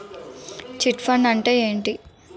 Chit fund అంటే ఏంటి?